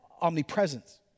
Omnipresence